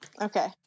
Okay